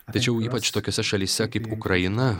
tačiau ypač tokiose šalyse kaip ukraina